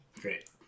great